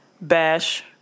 bash